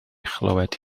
chlywed